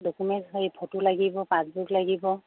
documents এই photo লাগিব passbook লাগিব